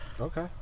Okay